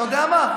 אתה יודע מה?